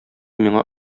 миңа